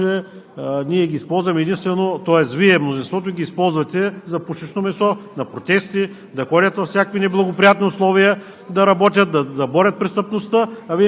това заплащане, което те заслужават за своя труд, който полагат, това означава, че ние ги използваме единствено…, тоест Вие, мнозинството, ги използвате за пушечно месо на